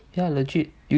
ya legit